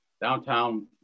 downtown